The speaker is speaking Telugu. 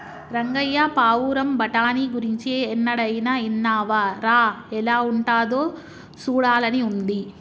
రంగయ్య పావురం బఠానీ గురించి ఎన్నడైనా ఇన్నావా రా ఎలా ఉంటాదో సూడాలని ఉంది